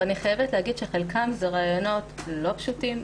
אני חייבת להגיד שחלקם זה רעיונות לא פשוטים,